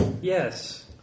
Yes